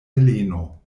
heleno